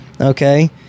Okay